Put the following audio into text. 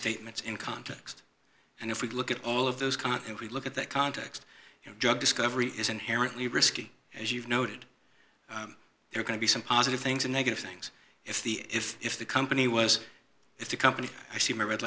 statements in context and if we look at all of those come out and we look at that context you know drug discovery is inherently risky as you've noted there are going to be some positive things and negative things if the if if the company was if the company i see my red